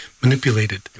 manipulated